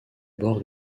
bord